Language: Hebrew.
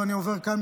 ואני עובר כאן,